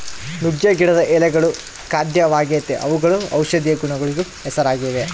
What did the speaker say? ನುಗ್ಗೆ ಗಿಡದ ಎಳೆಗಳು ಖಾದ್ಯವಾಗೆತೇ ಅವುಗಳು ಔಷದಿಯ ಗುಣಗಳಿಗೂ ಹೆಸರಾಗಿವೆ